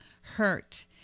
hurt